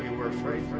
were afraid